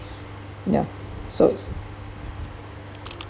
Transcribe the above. ya so